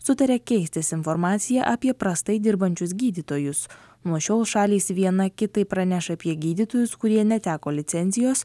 sutarė keistis informacija apie prastai dirbančius gydytojus nuo šiol šalys viena kitai praneš apie gydytojus kurie neteko licencijos